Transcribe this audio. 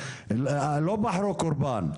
לא בחרו קורבן.